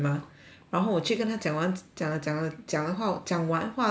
然后我去跟他讲完讲了讲了讲了后讲完话了过后